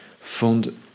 fund